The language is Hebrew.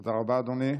תודה רבה, אדוני.